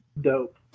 Dope